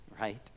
right